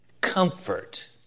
comfort